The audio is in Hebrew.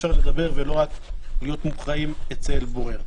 אפשר לדבר ולא רק להיות מוכרעים אצל בורר.